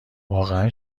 واقعا